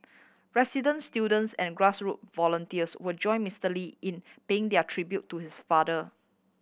residents students and grass root volunteers will join Mister Lee in paying their tribute to his father